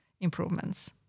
improvements